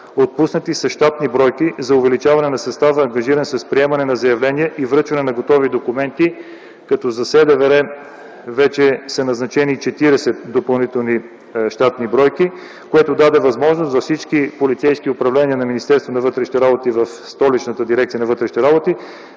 Отпуснати са щатни бройки за увеличаване на състава, ангажиран с приемането на заявления и връчване на готови документи, като за СДВР вече са назначени 40 допълнителни щатни бройки, което даде възможност за всички полицейски управления на вътрешните работи в Столичната дирекция на